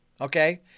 Okay